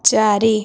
ଚାରି